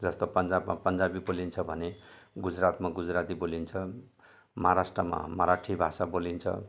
जस्तो पन्जाबमा पन्जाबी बोलिन्छ भने गुजरातमा गुजराती बोलिन्छ महाराष्ट्रमा मराठी भाषा बोलिन्छ